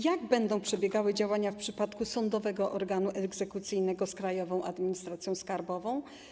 Jak będą przebiegały działania w przypadku sądowego organu egzekucyjnego z Krajową Administracją Skarbową?